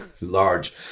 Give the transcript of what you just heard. large